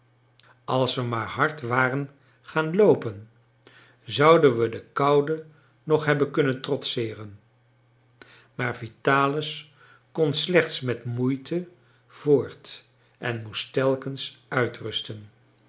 als we maar hard waren gaan loopen zouden we de koude nog hebben kunnen trotseeren maar vitalis kon slechts met moeite voort en moest telkens uitrusten